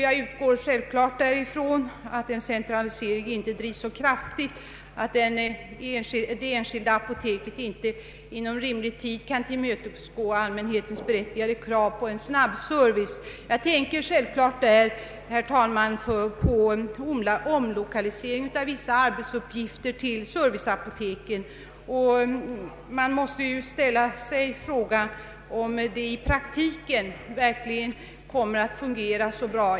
Jag utgår självfallet från att en centralisering inte drivs så kraftigt att det enskilda apoteket inte inom rimlig tid kan tillmötesgå allmänhetens berättigade krav på en snabb service. Jag tänker därvid självklart, herr talman, på en omlokalisering av vissa arbetsuppgifter till ser viceapoteken. Man måste då ställa sig frågan om det i praktiken verkligen kommer att fungera så bra.